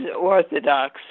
orthodox